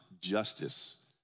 justice